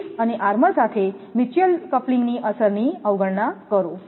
sheath અને armour સાથે mutual કપલિંગની અસરની અવગણના કરો